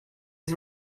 his